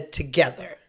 together